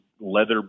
leather